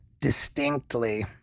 distinctly